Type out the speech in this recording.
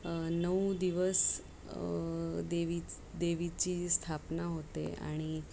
नऊ दिवस देवी देवीची स्थापना होते आणि